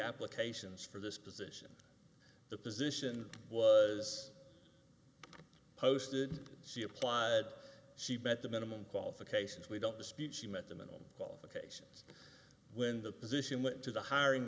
applications for this position the position was posted she applied she met the minimum qualifications we don't dispute she met the middle qualification when the position went to the hiring